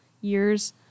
years